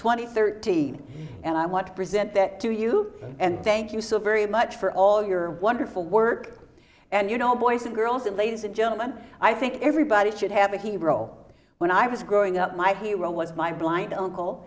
twenty thirty and i want to present that to you and thank you so very much for all your wonderful work and you know boys and girls and ladies and gentlemen i think everybody should have a hero when i was growing up my hero was my blind uncle